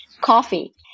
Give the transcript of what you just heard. coffee